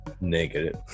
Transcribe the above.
Negative